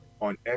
on